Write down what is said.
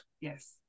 yes